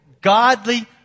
godly